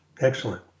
Excellent